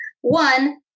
One